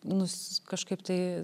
nus kažkaip tai